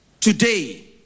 Today